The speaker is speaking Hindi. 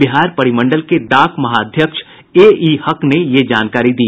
बिहार परिमंडल के डाक महाअध्यक्ष एई हक़ ने ये जानकारी दी